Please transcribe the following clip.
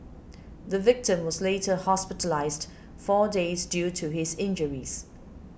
the victim was later hospitalised four days due to his injuries